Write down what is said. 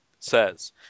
Says